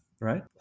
right